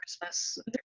Christmas